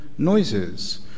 noises